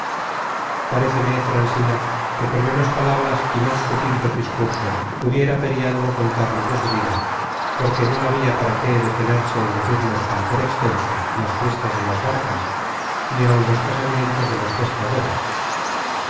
dijo paréceme transila que con menos palabras y más sucintos discursos pudiera periandro contar los de su vida porque no habia para qué detenerse en decirnos tan por extenso las fiestas de las barcas ni áun los casamientos de los pescadores